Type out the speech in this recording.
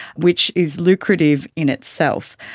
which is lucrative in itself.